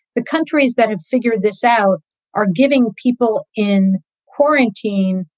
the countries that have figured this out are giving people in quarantine,